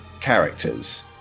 characters